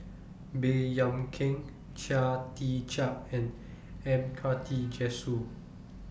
Baey Yam Keng Chia Tee Chiak and M Karthigesu